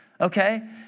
okay